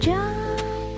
John